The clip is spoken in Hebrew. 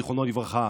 זיכרונו לברכה,